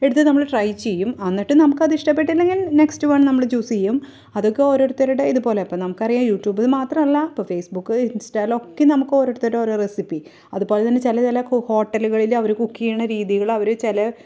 എടുത്ത് നമ്മൾ ട്രൈ ചെയ്യും എന്നിട്ട് നമുക്കത് ഇഷ്ടപ്പെട്ടില്ലെങ്കിൽ നെസ്റ്റ് വണ് നമ്മൾ ചൂസ് ചെയ്യും അതൊക്കെ ഓരോരുത്തരുടെയും ഇത് പോലെ നമുക്കറിയാം യൂടുബ് മാത്രമല്ല ഇപ്പോൾ ഫേസ്ബുക്ക് ഇന്സ്റ്റയിലൊക്കെ നമുക്ക് ഓരോരുത്തർ ഓരോ റെസിപീ അതുപോലെത്തന്നെ ചില ചില ഹോട്ടലുകളിലും അവർ കുക്ക് ചെയ്യുന്ന രീതികൾ അവർ ചില